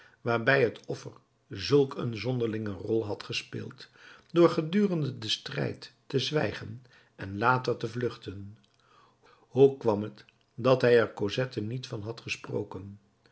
waarbij het offer zulk een zonderlinge rol had gespeeld door gedurende den strijd te zwijgen en later te vluchten hoe kwam het dat hij er cosette niet van had gesproken